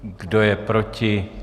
Kdo je proti?